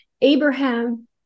Abraham